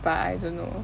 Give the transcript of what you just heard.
but I don't know